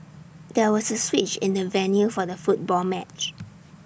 there was A switch in the venue for the football match